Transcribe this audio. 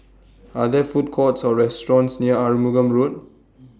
Are There Food Courts Or restaurants near Arumugam Road